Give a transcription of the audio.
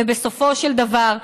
ובסופו של דבר,